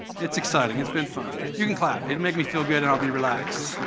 it's exciting. it's been fun. you can clap. it'll make me feel good and i'll be relaxed.